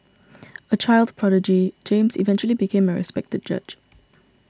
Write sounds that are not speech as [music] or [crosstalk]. [noise] a child prodigy James eventually became a respected judge